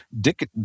dick